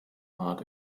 rat